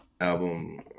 album